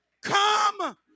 Come